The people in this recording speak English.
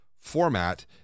format